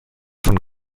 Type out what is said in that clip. von